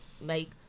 make